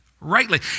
rightly